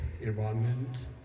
environment